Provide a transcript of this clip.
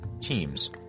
teams